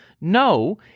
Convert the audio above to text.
No